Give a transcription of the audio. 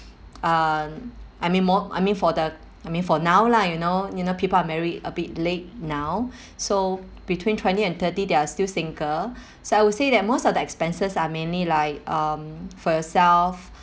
um I mean more I mean for the I mean for now lah you know you know people are married a bit late now so between twenty and thirty they are still single so I would say that most of the expenses are mainly like um for yourself